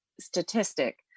statistic